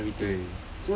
对